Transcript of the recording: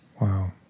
Wow